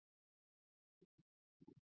F020zRR2z2